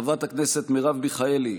חברת הכנסת מרב מיכאלי,